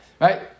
right